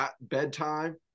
bedtime